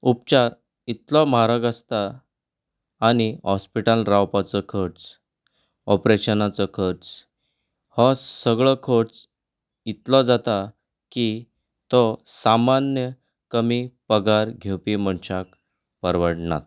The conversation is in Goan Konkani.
उपचार इतलो म्हारग आसता आनी हॉस्पिटलांत रावपाचो खर्च ऑपरेशनाचो खर्च हो सगळो खर्च इतलो जाता की तो सामान्य कमी पगार घेवपी मनशांक परवडना